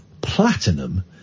platinum